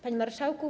Panie Marszałku!